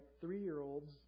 three-year-olds